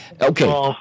Okay